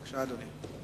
בבקשה, אדוני.